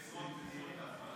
ההסתייגות (60) של קבוצת סיעת ש"ס,